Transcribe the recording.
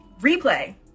Replay